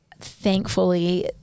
thankfully